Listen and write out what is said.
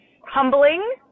humbling